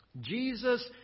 Jesus